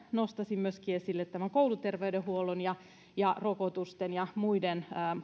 nostaisin myöskin esille kouluterveydenhuollon ja ja rokotuksista ja muista